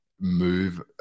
move